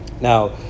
Now